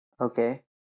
Okay